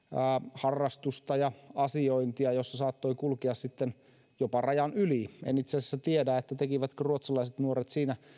harrastusta ja asiointia joissa saattoi kulkea sitten jopa rajan yli en itse asiassa tiedä tekivätkö ruotsalaiset nuoret